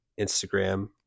Instagram